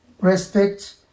respect